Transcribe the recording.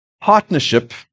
partnership